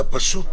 אתה פשוט